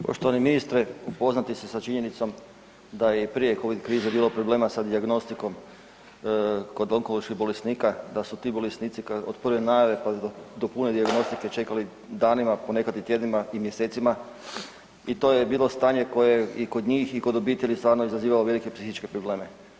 Poštovani ministre, upoznati ste sa činjenicom da je i prije covid krize bilo problema sa dijagnostikom kod onkoloških bolesnika, da su ti bolesnici od prve najave, pa do, do pune dijagnostike čekali danima, ponekad i tjednima i mjesecima i to je bilo stanje koje je i kod njih i kod obitelji stvarno izazivalo velike psihičke probleme.